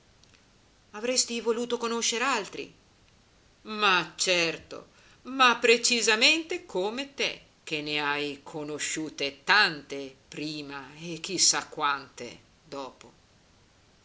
avresti voluto conoscer altri ma certo ma precisamente come te che ne hai conosciute tante prima e chi sa quante dopo